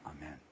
Amen